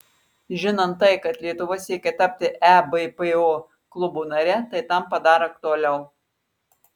žinant tai kad lietuva siekia tapti ebpo klubo nare tai tampa dar aktualiau